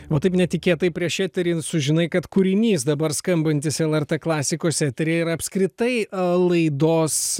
va taip netikėtai prieš eterį sužinai kad kūrinys dabar skambantis lrt klasikos eteryje yra apskritai laidos